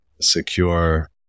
secure